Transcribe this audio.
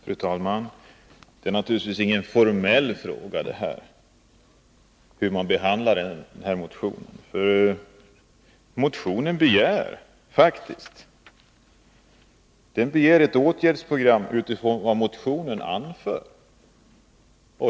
Fru talman! Det är naturligtvis ingen formell fråga hur man behandlar den här motionen. I motionen begärs faktiskt ett åtgärdsprogram utifrån vad som där anförs.